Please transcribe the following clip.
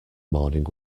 morning